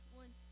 one